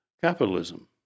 capitalism